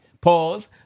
Pause